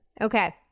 okay